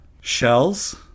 Shells